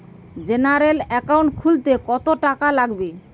General account খুলতে কত টাকা লাগবে?